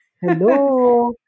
Hello